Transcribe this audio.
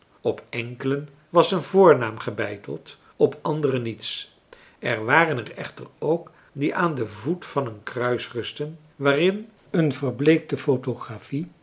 op enkelen was een voornaam gebeiteld op anderen niets er waren er echter ook die aan den voet van een kruis rustten waarin een verbleekte